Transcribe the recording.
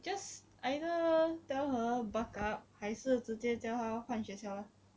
just either tell her buck up 还是直接叫他换学校 lah